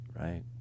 right